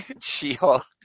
She-Hulk